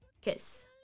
Kiss